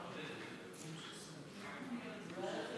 חברות